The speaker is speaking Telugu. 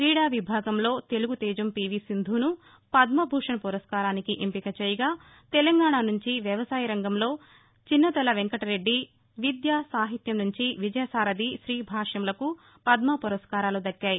క్రీడా విభాగంలో తెలుగు తేజం పీవీ సింధూను పద్మభూషణ్ పురస్కారానికి ఎంపిక చేయగాతెలంగాణ నుంచి వ్యవసాయ రంగంలో చిన్నతల వెంకట్ రెడ్డి విద్య సాహిత్యం నుంచి విజయసారథి శ్రీభాష్యంలకు పద్మ పురస్కారాలు దక్కాయి